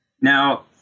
Now